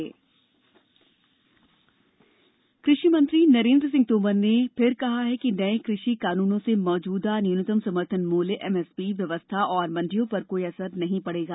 तोमर कृषि कानून कृषि मंत्री नरेन्द्र सिंह तोमर ने फिर कहा है कि नये कृषि कानूनों से मौजूदा न्यूनतम समर्थन मूल्य एम एस पी व्यवस्था और मंडियों पर कोई असर नहीं पडेगा